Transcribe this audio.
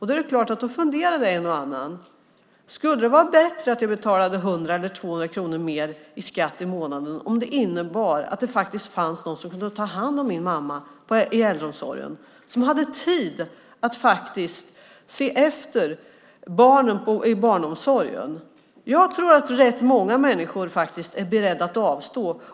Då är det klart att en och annan funderar: Skulle det vara bättre om jag betalar 100 eller 200 kronor mer i skatt i månaden, om det innebär att det faktiskt finns någon som kan ta hand om min mamma i äldreomsorgen, någon som har tid att se efter barnen i barnomsorgen? Jag tror att rätt många människor är beredda att avstå.